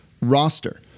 roster